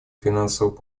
финансового